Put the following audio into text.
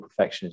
perfectionism